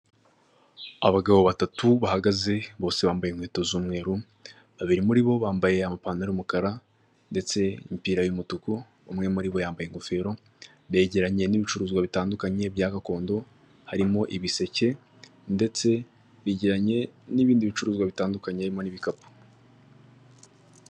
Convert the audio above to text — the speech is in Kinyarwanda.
Abagabo batatu bahagaze bose bambaye inkweto z'umweru babiri muri bo bambaye amapantaro y'umukara ndetse n'imipira y'umutuku umwe muri bo yambaye ingofero, begeranye n'ibicuruzwa bitandukanye bya gakondo harimo ibiseke ndetse begeranye n'ibindi bicuruzwa bitandukanye birimo n'ibikapu.